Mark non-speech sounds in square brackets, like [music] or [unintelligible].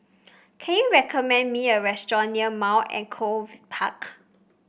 can you recommend me a restaurant near Mount Echo [unintelligible] Park